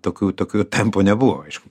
tokių tokių tempų nebuvo aišku